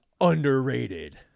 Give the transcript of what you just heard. underrated